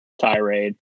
tirade